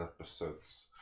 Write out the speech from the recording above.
episodes